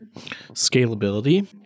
Scalability